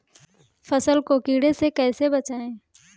फसल को कीड़े से कैसे बचाएँ?